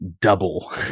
double